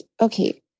okay